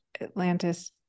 Atlantis